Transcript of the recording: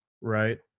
Right